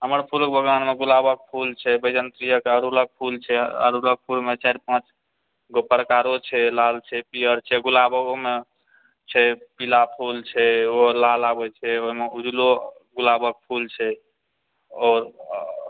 हमर फूलक बगानमे गुलाबक फूल छै वैज्यन्तिक अड़हूलक फूल छै अड़हूलक फूलमे चारि पाँच गो प्रकारो छै लाल छै पिअर छै गुलाबोमे छै पीला फूल छै एगो लाल आबैत छै फेर ओहिमे उजलो गुलाबक फूल छै आओर आ